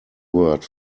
word